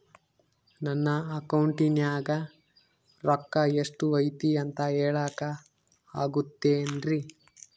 ನನ್ನ ಅಕೌಂಟಿನ್ಯಾಗ ರೊಕ್ಕ ಎಷ್ಟು ಐತಿ ಅಂತ ಹೇಳಕ ಆಗುತ್ತೆನ್ರಿ?